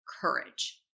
courage